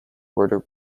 border